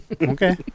Okay